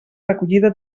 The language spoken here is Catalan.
recollida